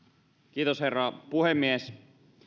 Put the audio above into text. herra puhemies